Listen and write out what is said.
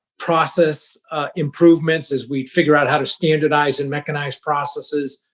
process improvements as we figure out how to standardize and mechanize processes.